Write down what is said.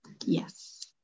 Yes